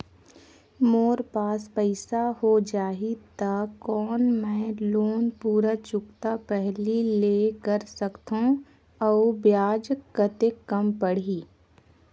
मोर पास पईसा हो जाही त कौन मैं लोन पूरा चुकता पहली ले कर सकथव अउ ब्याज कतेक कम पड़ही?